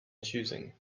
choosing